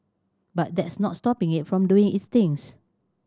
but that's not stopping it from doing its things